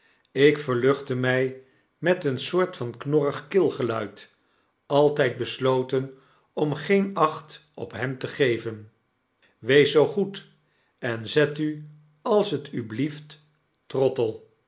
ik verluchtte mij met een soort van knorrig keelgeluid altgd besloten om geen acht op hem te geven wees zoo goed en zet u als t u blieft trottle